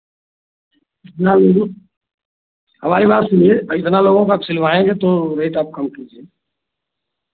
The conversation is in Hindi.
कितना लोगे हमारी बात सुनिए इतना लोगों का आप सिलवाएँगे तो रेट आप कम किजिए